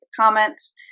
comments